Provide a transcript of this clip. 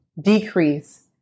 decrease